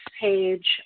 page